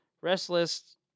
restless